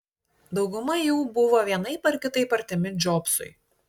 dauguma jų buvo vienaip ar kitaip artimi džobsui